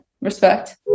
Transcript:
respect